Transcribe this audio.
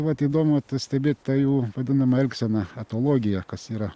vat įdomu stebėt tą jų vadinamą elgseną atologiją kas yra